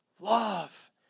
Love